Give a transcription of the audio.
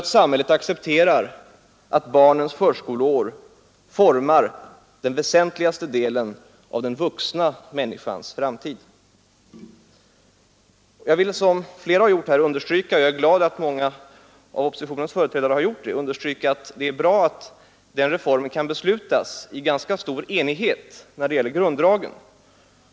Samhället accepterar alltså tanken att barnens förskoleår formar den väsentligaste delen av den vuxna människans framtid. Jag vill som flera andra talare understryka — jag noterar att många av oppositionens företrädare också har gjort det — att det är bra att den här reformen kan beslutas i ganska stor enighet när det gäller grunddragen.